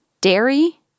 dairy